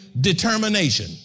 determination